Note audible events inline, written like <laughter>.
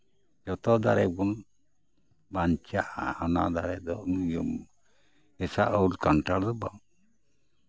ᱡᱚᱛᱚ ᱫᱟᱨᱮ ᱵᱚᱱ ᱵᱟᱧᱪᱟᱜᱼᱟ ᱚᱱᱟ ᱫᱟᱨᱮ ᱫᱚ ᱦᱮᱸᱥᱟᱜ ᱩᱞ ᱠᱟᱱᱴᱷᱟᱲ ᱫᱚ ᱵᱟᱝ <unintelligible>